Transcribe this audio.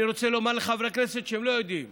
אני רוצה לומר לחברי הכנסת שלא יודעים,